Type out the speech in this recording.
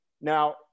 Now